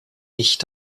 nicht